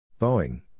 Boeing